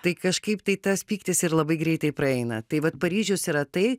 tai kažkaip tai tas pyktis ir labai greitai praeina tai vat paryžius yra tai